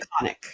iconic